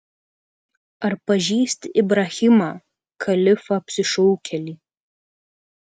ar pažįsti ibrahimą kalifą apsišaukėlį